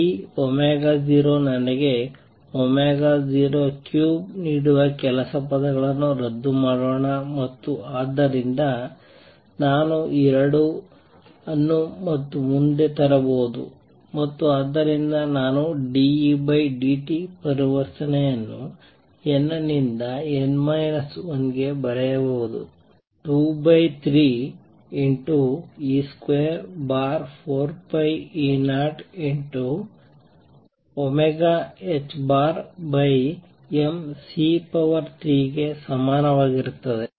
ಈ 0ನನಗೆ 03 ನೀಡುವ ಕೆಲವು ಪದಗಳನ್ನು ರದ್ದು ಮಾಡೋಣ ಮತ್ತು ಆದ್ದರಿಂದ ನಾನು ಈ 2 ಅನ್ನು ನಾನು ಮುಂದೆ ತರಬಹುದು ಮತ್ತು ಆದ್ದರಿಂದ ನಾನು dEdt ಪರಿವರ್ತನೆಯನ್ನು n ನಿಂದ n 1 ಗೆ ಬರೆಯುವುದು 23e24π003mc3 ಗೆ ಸಮಾನವಾಗಿರುತ್ತದೆ